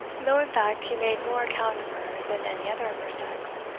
though in fact he made more account of her than any other of her sex,